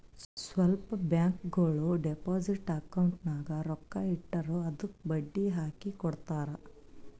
ಸ್ವಲ್ಪ ಬ್ಯಾಂಕ್ಗೋಳು deposit account ನಾಗ್ ರೊಕ್ಕಾ ಇಟ್ಟುರ್ ಅದ್ದುಕ ಬಡ್ಡಿ ಹಾಕಿ ಕೊಡ್ತಾರ್